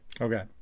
Okay